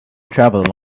traveled